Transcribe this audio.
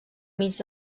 mig